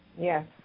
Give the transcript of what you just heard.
Yes